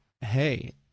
hey